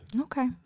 Okay